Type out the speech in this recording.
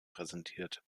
präsentiert